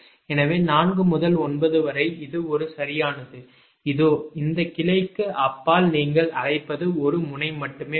எனவே 4 முதல் 9 வரை இது ஒரு சரியானது இதோ இந்த கிளைக்கு அப்பால் நீங்கள் அழைப்பது ஒரு முனை மட்டுமே உள்ளது